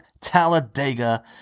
Talladega